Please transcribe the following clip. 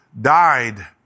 died